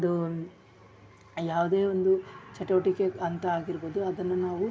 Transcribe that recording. ಒಂದು ಯಾವುದೇ ಒಂದು ಚಟುವಟಿಕೆ ಅಂತ ಆಗಿರ್ಬೋದು ಅದನ್ನು ನಾವು